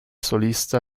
solista